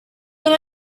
when